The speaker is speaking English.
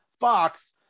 Fox